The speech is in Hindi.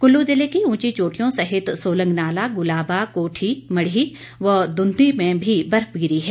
कुल्लू जिले की ऊंची चोटियों सहित सोलंगनाला गुलाबा कोठी मढ़ी व धुंधी में भी बर्फ गिरी है